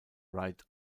wright